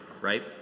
right